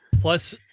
Plus